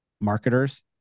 marketers